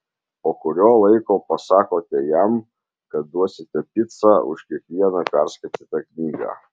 po kurio laiko pasakote jam kad duosite picą už kiekvieną perskaitytą knygą